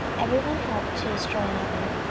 every one helped to destroy another.